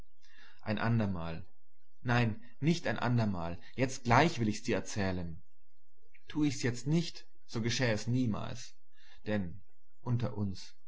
ein andermal nein nicht ein andermal jetzt gleich will ich dir's erzählen tu ich s jetzt nicht so geschäh es niemals denn unter uns